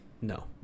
No